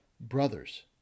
Brothers